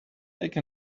take